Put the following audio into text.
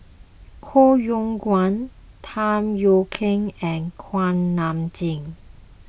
Koh Yong Guan Tham Yui Kai and Kuak Nam Jin